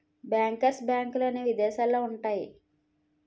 bankers బ్యాంకులనేవి ఇదేశాలల్లో ఉంటయ్యి